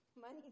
money